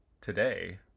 today